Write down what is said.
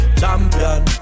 champion